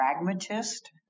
pragmatist